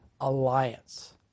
Alliance